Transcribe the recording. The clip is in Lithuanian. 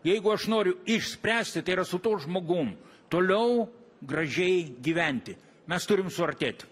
jeigu aš noriu išspręsti tai yra su tuo žmogum toliau gražiai gyventi mes turim suartėt